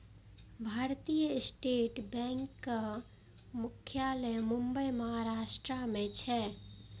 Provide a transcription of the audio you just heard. भारतीय स्टेट बैंकक मुख्यालय मुंबई, महाराष्ट्र मे छै